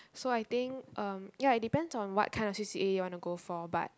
so I think um ya it depends on what kind of C_C_A you wanna go for but